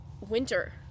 winter